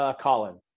Colin